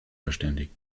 verständigt